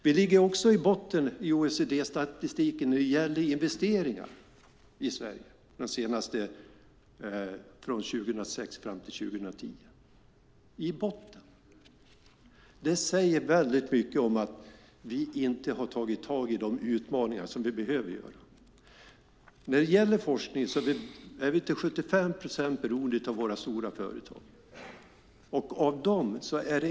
Vi ligger också i botten i OECD-statistiken när det gäller investeringar i Sverige, från 2006 fram till 2010. Det säger mycket om att vi inte har tagit tag i de utmaningar som vi behöver ta tag i. När det gäller forskning är vi till 75 procent beroende av våra stora företag.